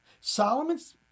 Solomon's